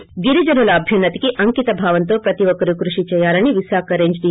ి గిరిజనుల అభ్యున్నతికి అంకిత భావంతో ప్రతి ఒక్కరూ కృషి చేయాలని విశాఖ రేంజ్ డి